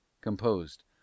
composed